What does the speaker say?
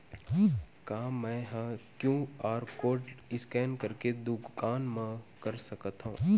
का मैं ह क्यू.आर कोड स्कैन करके दुकान मा कर सकथव?